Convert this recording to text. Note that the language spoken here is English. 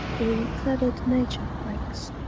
all feathered nature wakes.